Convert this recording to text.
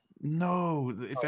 No